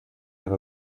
have